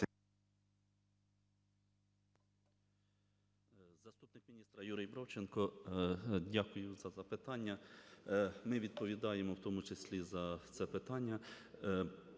Дякую за запитання. Ми відповідаємо в тому числі за це питання.